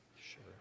Sure